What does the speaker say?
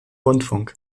rundfunk